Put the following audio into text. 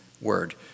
word